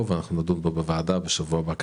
ואנחנו נדון בו בוועדה בשבוע הבא כנראה.